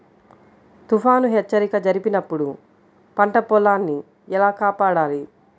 తుఫాను హెచ్చరిక జరిపినప్పుడు పంట పొలాన్ని ఎలా కాపాడాలి?